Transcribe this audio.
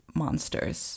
monsters